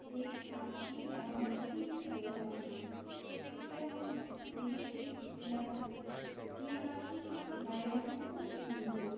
এই পাখিটা আমার খুবই প্রিয় পাখি এ ছাড়াও আমি দেখেছি টিয়া পাখি টিয়া পাখির গায়ের রংটা খুব সুন্দর